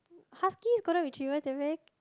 huskies golden retrievers they are very